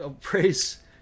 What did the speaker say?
praise